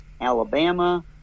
Alabama